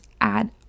add